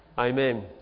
Amen